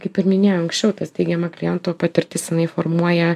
kaip ir minėjau anksčiau ta teigiama kliento patirtis jinai formuoja